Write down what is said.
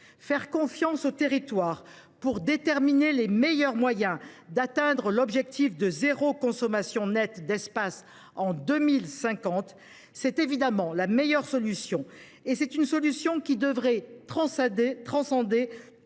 Faire confiance aux territoires pour déterminer les meilleurs moyens d’atteindre l’objectif de zéro consommation nette d’espace en 2050 constitue bien évidemment la meilleure solution, une solution qui devrait transcender